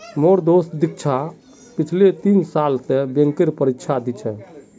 मोर दोस्त दीक्षा पिछले तीन साल स बैंकेर परीक्षा दी छ